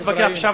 זה נקרא רחבת